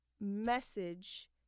message